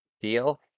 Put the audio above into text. Deal